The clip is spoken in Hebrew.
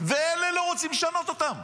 ואלה לא רוצים לשנות אותם?